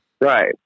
right